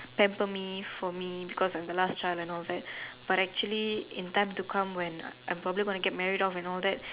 pamper me for me because I am the last child and all that but actually in time to come when I am probably gonna get married off and all that